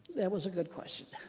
that was a good question.